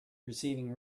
receiving